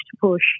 push